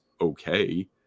okay